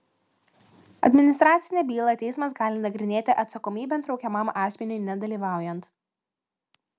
administracinę bylą teismas gali nagrinėti atsakomybėn traukiamam asmeniui nedalyvaujant